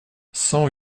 cent